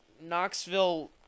Knoxville